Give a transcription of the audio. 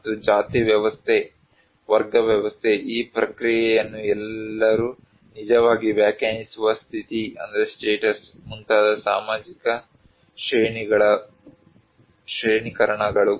ಮತ್ತು ಜಾತಿ ವ್ಯವಸ್ಥೆ ವರ್ಗ ವ್ಯವಸ್ಥೆ ಈ ಪ್ರಕ್ರಿಯೆಯನ್ನು ಎಲ್ಲರೂ ನಿಜವಾಗಿ ವ್ಯಾಖ್ಯಾನಿಸುವ ಸ್ಥಿತಿ ಮುಂತಾದ ಸಾಮಾಜಿಕ ಶ್ರೇಣೀಕರಣಗಳು